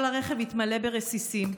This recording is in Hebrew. כל הרכב התמלא ברסיסים,